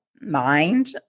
mind